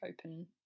open